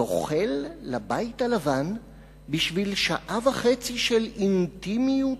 זוחל לבית הלבן בשביל שעה וחצי של אינטימיות